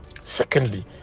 Secondly